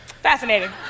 Fascinating